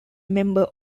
member